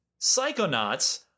Psychonauts